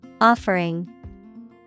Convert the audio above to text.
Offering